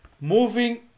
moving